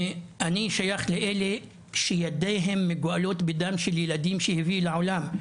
ואני שייך לאלה שידיהם מגואלות בדם של ילדים שהביא לעולם,